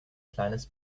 kleines